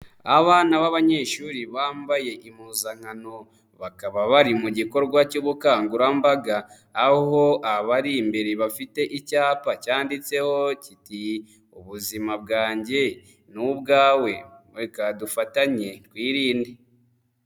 Abana b'abanyeshuri bambaye impuzankano, bakaba bari mu gikorwa cy'ubukangurambaga, aho abari imbere bafite icyapa cyanditseho kiti "ubuzima bwanjye n'ubwawe reka dufatanye twirinde".